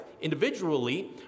individually